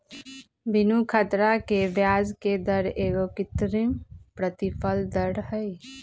बीनू ख़तरा के ब्याजके दर एगो कृत्रिम प्रतिफल दर हई